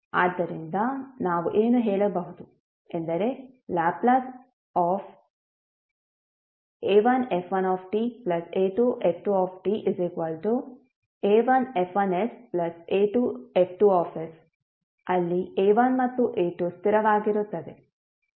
ಆದ್ದರಿಂದ ನಾವು ಏನು ಹೇಳಬಹುದು ಎಂದರೆ ಲ್ಯಾಪ್ಲೇಸ್ ಆಫ್ La1f1ta2f2ta1F1sa2F2s ಅಲ್ಲಿ a1 ಮತ್ತು a2 ಸ್ಥಿರವಾಗಿರುತ್ತದೆ